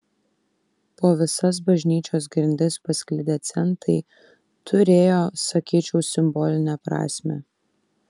po visas bažnyčios grindis pasklidę centai turėjo sakyčiau simbolinę prasmę